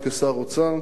כך אני פעלתי כשר האוצר,